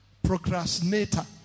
procrastinator